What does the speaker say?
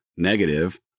Negative